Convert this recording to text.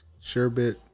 Sherbet